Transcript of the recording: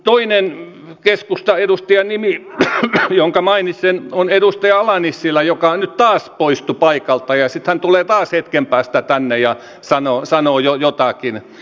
toinen keskustaedustajan nimi jonka mainitsen on edustaja ala nissilä joka nyt taas poistui paikalta ja sitten hän tulee taas hetken päästä tänne ja sanoo jotakin